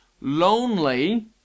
lonely